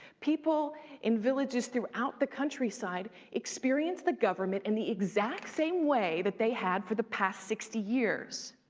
people in villages throughout the countryside experienced the government in the exact same way that they had for the past sixty years.